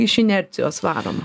iš inercijos varom